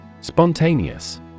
Spontaneous